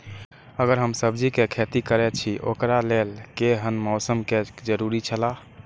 अगर हम सब्जीके खेती करे छि ओकरा लेल के हन मौसम के जरुरी छला?